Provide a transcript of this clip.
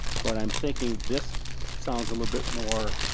but i'm thinking this sounds a little bit more